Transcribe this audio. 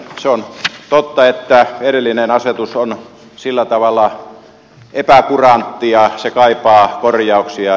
se on totta että edellinen asetus on sillä tavalla epäkurantti että se kaipaa korjauksia